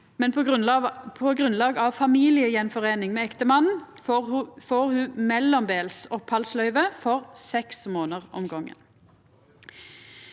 på grunnlag av familiegjenforeining med ektemannen får ho mellombels opphaldsløyve for seks månader om gongen.